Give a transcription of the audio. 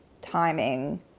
timing